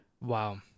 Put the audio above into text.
Wow